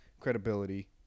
credibility